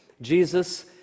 Jesus